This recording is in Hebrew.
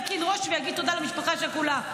ארכין ראש ואגיד תודה למשפחה שכולה.